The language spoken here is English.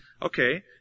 Okay